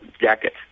jacket